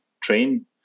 train